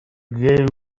gave